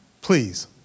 Please